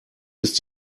ist